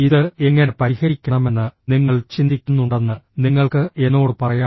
ഇത് എങ്ങനെ പരിഹരിക്കണമെന്ന് നിങ്ങൾ ചിന്തിക്കുന്നുണ്ടെന്ന് നിങ്ങൾക്ക് എന്നോട് പറയാം